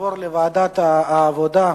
תעבור לוועדת העבודה,